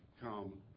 come